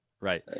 right